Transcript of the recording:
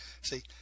See